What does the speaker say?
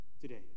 today